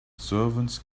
servants